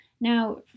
Now